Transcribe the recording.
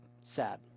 Sad